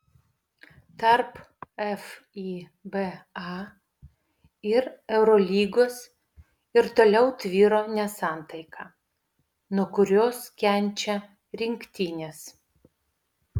tarp fiba ir eurolygos ir toliau tvyro nesantaika nuo kurios kenčia rinktinės